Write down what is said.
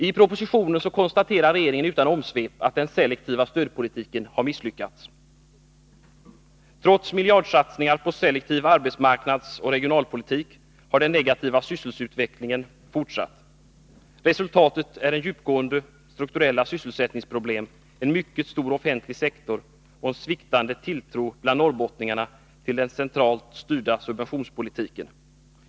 I propositionen konstaterar regeringen utan omsvep att den selektiva stödpolitiken har misslyckats. Trots miljardsatsningar på selektiv arbetsmarknadsoch regionalpolitik har den negativa sysselsättningsutvecklingen fortsatt. Resultatet är djupgående strukturella sysselsättningsproblem, en mycket stor offentlig sektor och sviktande tilltro bland norrbottningarna till den centralt styrda subventionspolitiken.